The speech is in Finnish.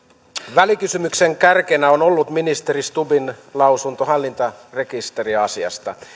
välikysymyksen kärkenä on ollut ministeri stubbin lausunto hallintarekisteriasiasta